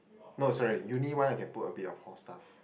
no sorry uni one I can put a bit of hall stuff